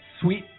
Sweet